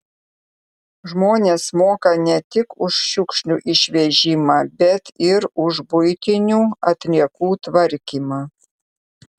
žmonės moka ne tik už šiukšlių išvežimą bet ir už buitinių atliekų tvarkymą